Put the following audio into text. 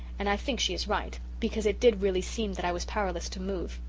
and i think she is right, because it did really seem that i was powerless to move.